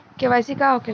KYC का होखेला?